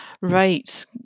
Right